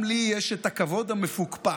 גם לי יש את הכבוד המפוקפק